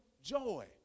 Joy